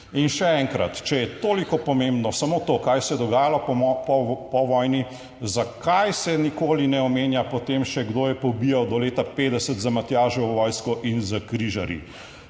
In še enkrat, če je toliko pomembno samo to, kaj se je dogajalo po vojni, zakaj se nikoli ne omenja potem še, kdo je pobijal do leta 2050 z Matjaževo vojsko in s križarji.